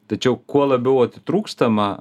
tačiau kuo labiau atitrūkstama